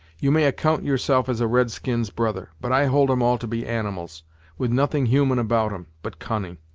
you may account yourself as a red-skin's brother, but i hold'em all to be animals with nothing human about em but cunning.